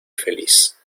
feliz